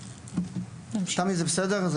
תמי, זה בסדר?